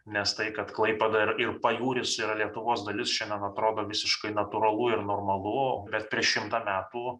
nes tai kad klaipėda ir ir pajūris yra lietuvos dalis šiandien atrodo visiškai natūralu ir normalu bet prieš šimtą metų